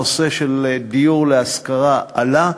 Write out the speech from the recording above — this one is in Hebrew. הנושא של דיור להשכרה עלה,